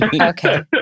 Okay